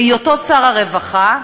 בהיותו שר הרווחה,